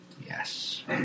Yes